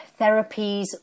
therapies